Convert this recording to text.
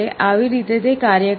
આવી રીતે તે કાર્ય કરે છે